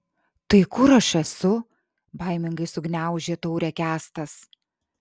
tai kur aš esu baimingai sugniaužė taurę kęstas